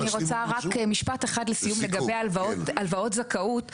אני רוצה רק משפט אחד לגבי הלוואות זכאות.